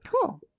cool